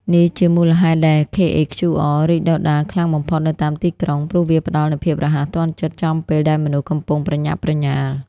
នេះជាមូលហេតុដែល KHQR រីកដុះដាលខ្លាំងបំផុតនៅតាមទីក្រុង ព្រោះវាផ្ដល់នូវភាពរហ័សទាន់ចិត្តចំពេលដែលមនុស្សកំពុងប្រញាប់ប្រញាល់។